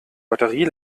batterie